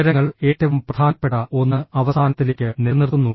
വിവരങ്ങൾ ഏറ്റവും പ്രധാനപ്പെട്ട ഒന്ന് അവസാനത്തിലേക്ക് നിലനിർത്തുന്നു